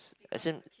as in